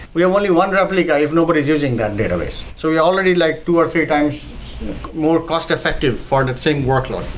we have only one replica if nobody is using that database. so we already like two or three times more cost-effective for that same workload.